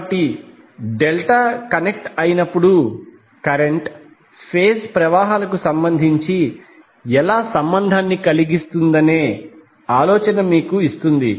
కాబట్టి delta connect అయినప్పుడు current phase ప్రవాహాలకు సంబంధించి ఎలా సంబంధం కలిగిస్తుందనే ఆలోచన మీకు ఇస్తుంది